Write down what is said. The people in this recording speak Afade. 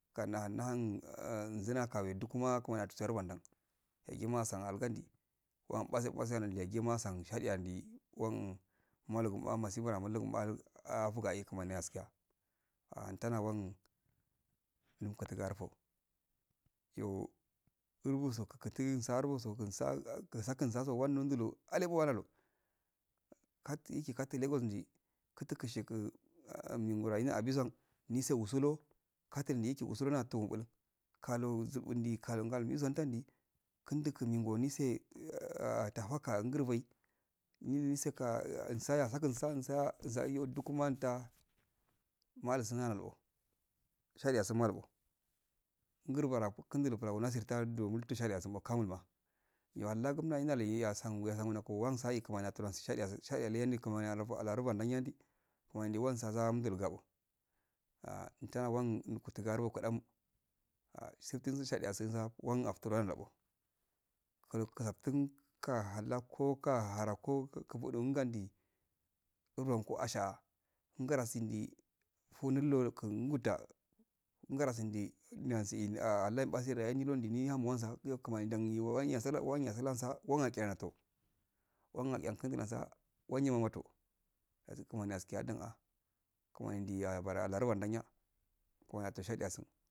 Kana nahun nzina kawi dukuma kumani yatusurwan da yagima asu algandi wan pase pase yagrma asan shadiyandi wan malugunda masipandamullugun fuga e kumani yakiga ahuntanawan lunituku garfu yo hur busu kykurtu nsaboso ginsa gunsaso wan nandudo alebowanado lkatiki kadilegos ndi kutukishigu nyin gro ina abison nisain sulo katinli nila nitechi usunatupal kolo zulbundi kalonga misutandi kundidikin ningo nise tafaka ngubai mdi se in sa ya sukinsa insa insaiyo duk man ta malu suunna nalbo shadiyasum mmalbo gurbarako kandulo plago nasirtado nutu shadiya suno kamudima niyo halla gumna yin daliyi asan wiasan wansa e karmani yatalashadiya shadiya laindu kumaini yamba lanyandi kuman wan sasu mdulgalqo inta wan nutukuro gogam ah siftin su shadiyasum so wan afrandabo kao kasaftin kahala koka harko kupudu hundadi uburanko asha ngarasindi funulloratin guta ngarasindi nausi lainpaseyo ni duwan dina hamo wansa iyo kuna yan wan yasalansa wan yachanto wan yaha kindulansawan yamato dasi kumani yaskiyandu'a keman ndi yabaru wal yanda kamani yado shadiyasun